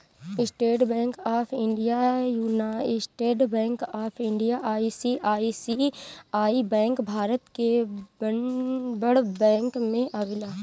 estate bank of India, united bank of India, ICICI bank Bharat के बड़ bank में आवेला